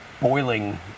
boiling